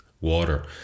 water